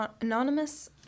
anonymous